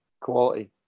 quality